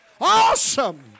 Awesome